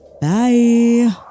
Bye